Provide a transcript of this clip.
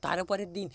তার পরের দিন